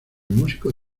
músico